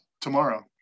tomorrow